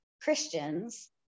Christians